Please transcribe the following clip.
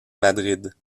madrid